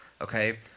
okay